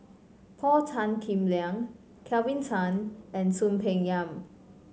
Paul Tan Kim Liang Kelvin Tan and Soon Peng Yam